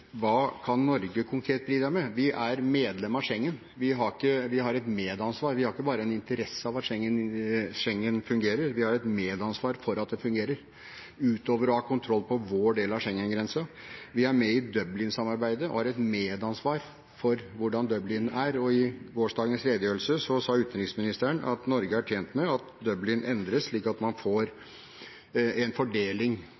hva kan Norge konkret bidra med? Vi er medlem av Schengen. Vi har et medansvar. Vi har ikke bare en interesse av at Schengen fungerer, vi har også et medansvar for at det fungerer, utover å ha kontroll på vår del av Schengen-grensen. Vi er med i Dublin-samarbeidet og har et medansvar for hvordan Dublin er, og i gårsdagens redegjørelse sa utenriksministeren at Norge er tjent med at Dublin endres slik at man